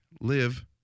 live